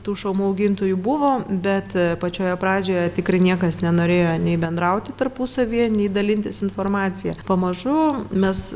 tų šamų augintojų buvo bet pačioje pradžioje tikrai niekas nenorėjo nei bendrauti tarpusavyje nei dalintis informacija pamažu mes